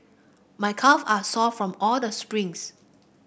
my calve are sore from all the sprints